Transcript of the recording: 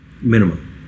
Minimum